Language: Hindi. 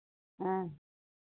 हाँ